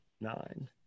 nine